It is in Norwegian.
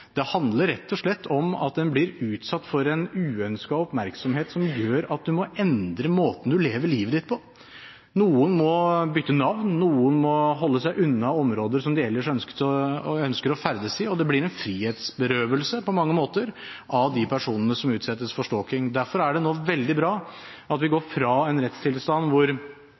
blir utsatt for en uønsket oppmerksomhet som gjør at en må endre måten en lever livet sitt på. Noen må bytte navn, noen må holde seg unna områder som de ellers ønsker å ferdes i. Det blir på mange måter en frihetsberøvelse av de personene som utsettes for stalking. Derfor er det veldig bra at vi nå går fra en rettstilstand hvor